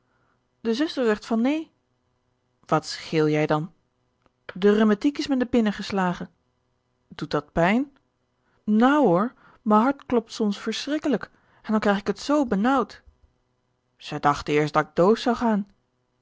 de zuster zegt van nee wat scheel jij dan de rhumetiek is me naar binne geslage doet dat pijn nou hoor me hart klopt soms verschrikkelijk en dan krijg ik t zoo benauwd ze dachte eerst da'k dood zou gaan